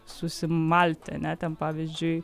susimalti ane ten pavyzdžiui